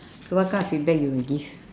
what kind of feedback you will give